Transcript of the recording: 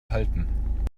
halten